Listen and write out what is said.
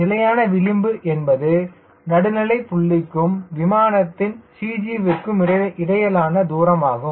நிலையான விளிம்பு என்பது நடுநிலை புள்ளிக்கும் விமானத்தின் CG விற்கும் இடையிலான தூரம் ஆகும்